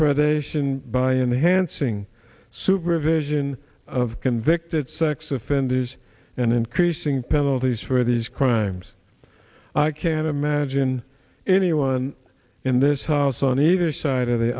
nation by in the hansing supervision of convicted sex offenders and increasing penalties for these crimes i can't imagine anyone in this house on either side of the